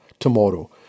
tomorrow